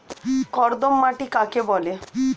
কর্দম মাটি কাকে বলে?